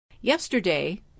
Yesterday